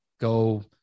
go